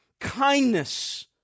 kindness